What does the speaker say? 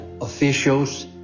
officials